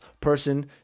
person